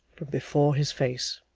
from before his face.